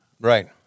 Right